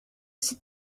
see